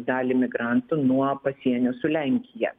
dalį migrantų nuo pasienio su lenkija